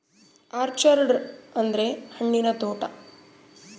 orchard ಅಂದ್ರ ಹಣ್ಣಿನ ತೋಟ